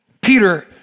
Peter